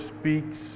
speaks